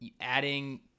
adding